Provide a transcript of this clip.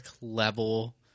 level